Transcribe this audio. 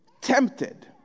tempted